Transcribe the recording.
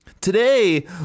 Today